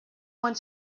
want